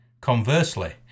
Conversely